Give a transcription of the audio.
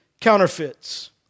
counterfeits